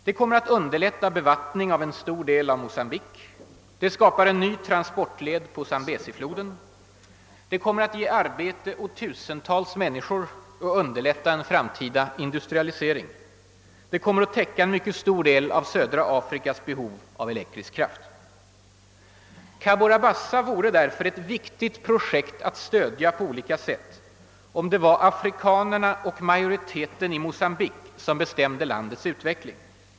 Det kommer att underlätta bevattningen av en stor del av Mocambique och skapa en ny transportled på Zambesifloden. Det kommer att ge arbete åt tusentals människor och underlätta en framtida industrialisering. Det kommer att täcka en mycket stor del Cabora Bassa vore därför ett viktigt projekt att stödja på olika sätt — om det var afrikanerna och majoriteten i Mocambique som bestämde landets utveckling.